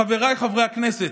חבריי חברי הכנסת,